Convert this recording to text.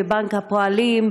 בבנק הפועלים,